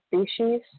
species